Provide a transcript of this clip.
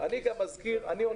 אני גם רוצה להגיד לך,